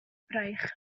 braich